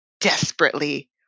desperately